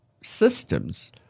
systems